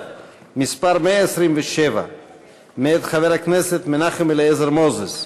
מס' 127 מאת חבר הכנסת מנחם אליעזר מוזס.